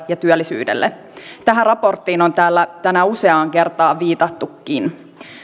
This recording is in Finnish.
ja työllisyyteen tähän raporttiin on täällä tänään useaan kertaan viitattukin